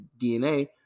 DNA